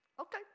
okay